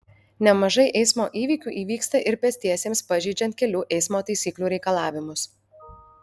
nemažai eismo įvykių įvyksta ir pėstiesiems pažeidžiant kelių eismo taisyklių reikalavimus